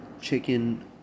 chicken